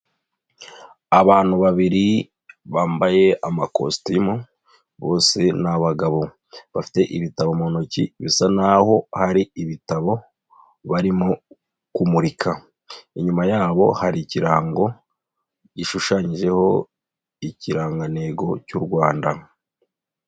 Abantu babiri bambaye amakositimu, bose ni abagabo. Bafite ibitabo mu ntoki bisa n'aho hari ibitabo barimo kumurika. Inyuma yabo hari ikirango gishushanyijeho ikirangantego cy'u Rwanda.